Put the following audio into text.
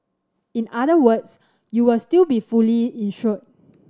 in other words you will still be fully insured